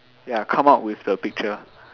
ya come out with the picture